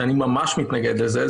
שאני ממש מתנגד לזה.